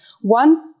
one